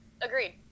agreed